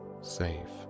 safe